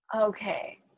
Okay